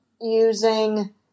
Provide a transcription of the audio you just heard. using